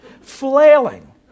flailing